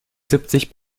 siebzig